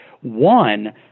One